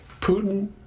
Putin